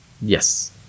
yes